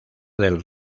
del